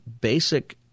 basic